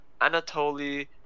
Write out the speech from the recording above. Anatoly